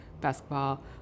basketball